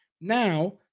Now